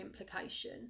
implication